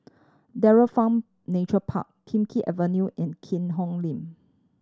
Dairy Farm Nature Park Kim Keat Avenue and Keat Hong Link